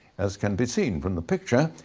as can be seen from the picture,